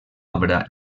obra